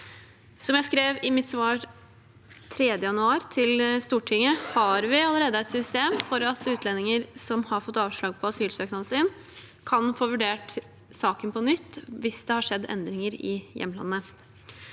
Som jeg skrev i mitt svar 3. januar til Stortinget, har vi allerede et system for at utlendinger som har fått avslag på asylsøknaden sin, kan få vurdert saken sin på nytt hvis det har skjedd endringer i hjemlandet.